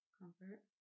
Comfort